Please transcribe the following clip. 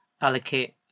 allocate